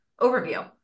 overview